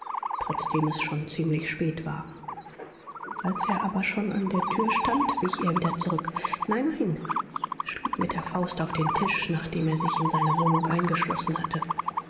trotzdem es schon ziemlich spät war als er aber schon an der tür stand wich er wieder zurück nein nein er schlug mit der faust auf den tisch nachdem er sich in seine wohnung eingeschlossen hatte